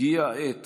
הגיעה העת